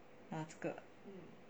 拿这个